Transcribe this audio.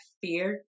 fear